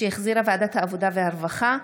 שהחזירה ועדת העבודה והרווחה.